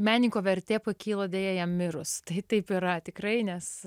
menininko vertė pakyla deja jam mirus tai taip yra tikrai nes